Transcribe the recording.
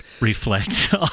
Reflect